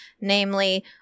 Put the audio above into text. namely